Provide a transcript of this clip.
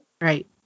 Right